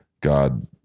god